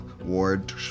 ward